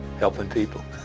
helping people.